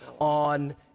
on